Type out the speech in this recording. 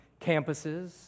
campuses